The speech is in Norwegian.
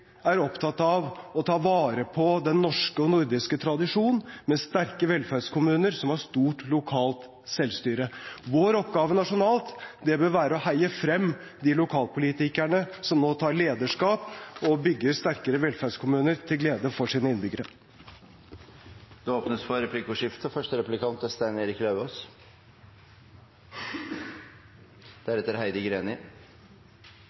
er opptatt av å ta vare på den norske og nordiske tradisjonen med sterke velferdskommuner som har stort lokalt selvstyre. Vår oppgave nasjonalt bør være å heie frem de lokalpolitikerne som nå tar lederskap og bygger sterkere velferdskommuner til glede for sine innbyggere. Det blir replikkordskifte.